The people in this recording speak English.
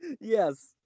Yes